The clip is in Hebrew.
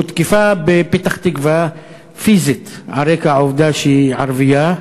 הותקפה בפתח-תקווה פיזית על רקע העובדה שהיא ערבייה.